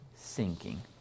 sinking